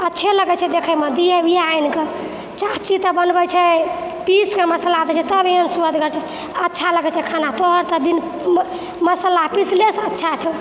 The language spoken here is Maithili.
अच्छे लगै छै देखैमे दैब अभी आनिके चाची तऽ बनबै छै पिसिके मसल्ला दै छै तब एहन सुआद अच्छा लगै छै खाना तोहर तऽ बिन मसल्ला पिसिलेसँ अच्छा छौ